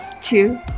two